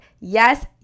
Yes